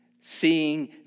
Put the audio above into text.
seeing